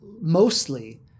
mostly